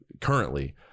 currently